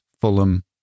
Fulham